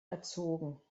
erzogen